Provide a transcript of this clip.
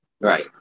Right